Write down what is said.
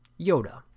Yoda